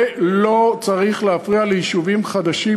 זה לא צריך להפריע להקמת יישובים חדשים.